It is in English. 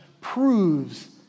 proves